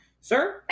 Sir